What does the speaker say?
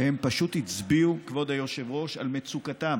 והם פשוט הצביעו, כבוד היושב-ראש, על מצוקתם